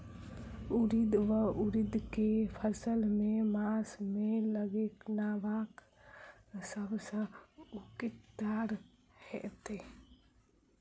उड़ीद वा उड़द केँ फसल केँ मास मे लगेनाय सब सऽ उकीतगर हेतै?